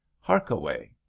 Harkaway